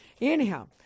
anyhow